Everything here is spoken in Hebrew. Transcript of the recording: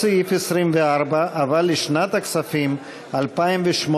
אותו סעיף 24, אבל לשנת הכספים 2018,